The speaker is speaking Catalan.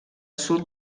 sud